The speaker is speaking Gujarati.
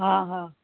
હં હં